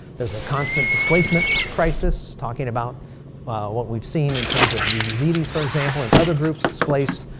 there's a constant displacement crisis, talking about what we've seen in terms of the yazidis, for example. and other groups displaced,